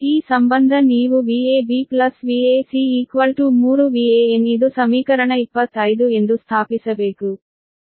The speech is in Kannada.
ಈ ಸಂಬಂಧ ನೀವು Vab Vac 3 Van ಇದು ಸಮೀಕರಣ 25 ಎಂದು ಸ್ಥಾಪಿಸಬೇಕು